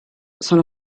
sono